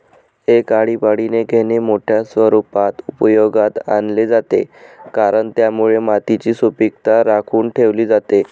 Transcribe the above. एक आळीपाळीने घेणे मोठ्या स्वरूपात उपयोगात आणले जाते, कारण त्यामुळे मातीची सुपीकता राखून ठेवली जाते